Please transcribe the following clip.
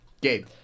Gabe